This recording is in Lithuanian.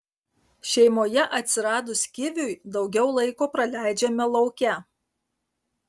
šeimoje atsiradus kiviui daugiau laiko praleidžiame lauke